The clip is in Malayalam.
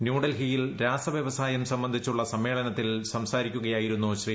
ന്യൂഡൽഹിയിൽ രാസവ്യവസായം സ്പ്ബന്ധിച്ചുള്ള സമ്മേളനത്തിൽ സംസാരിക്കുകയായിരുന്നു ശ്രീ